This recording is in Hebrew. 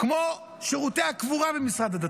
כמו שירותי הקבורה במשרד הדתות.